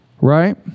Right